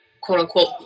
quote-unquote